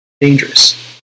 dangerous